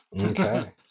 Okay